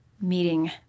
meeting